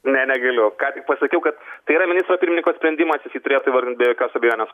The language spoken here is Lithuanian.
ne negaliu ką tik pasakiau kad tai yra ministro pirmininko sprendimas jis jį turėtų įvardint be jokios abejonės